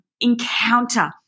encounter